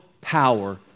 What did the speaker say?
power